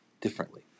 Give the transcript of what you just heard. differently